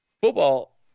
football